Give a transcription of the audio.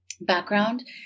background